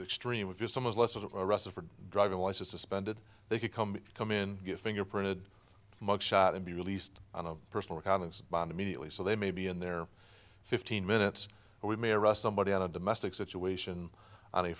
extremely just so much less of a arrested for driving license suspended they could come in come in get fingerprinted mug shot and be released on a personal account of bond immediately so they maybe in their fifteen minutes we may arrest somebody in a domestic situation on a